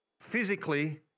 physically